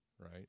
right